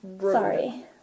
Sorry